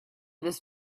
this